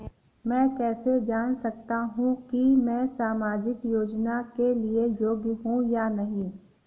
मैं कैसे जान सकता हूँ कि मैं सामाजिक योजना के लिए योग्य हूँ या नहीं?